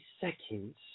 seconds